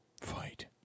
Fight